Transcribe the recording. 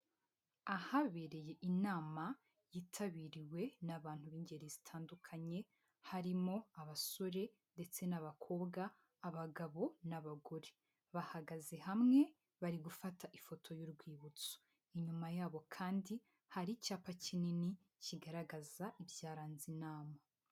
Ahabereye inama yitabiriwe n'abantu b'ingeri zitandukanye harimo: abasore ndetse n'abakobwa abagabo n'abagore bahagaze hamwe bari gufata ifoto y'urwibutso, inyuma yabo kandi hari icyapa kinini kigaragaza ibyaranze inama.